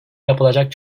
yapılacak